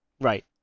Right